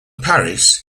paris